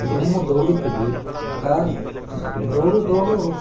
ଦିନେ ମୁଁ ଦୌଡ଼ିଥିଲି ହଠାତ ଦୌଡ଼ୁ ଦୌଡ଼ୁ